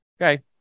Okay